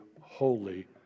holy